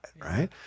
right